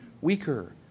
weaker